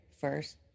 first